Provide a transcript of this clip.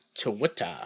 Twitter